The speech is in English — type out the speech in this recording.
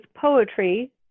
poetry